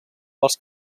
als